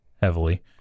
heavily